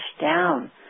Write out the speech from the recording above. down